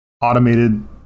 automated